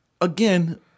Again